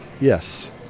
Yes